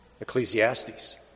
Ecclesiastes